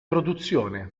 produzione